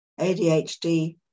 ADHD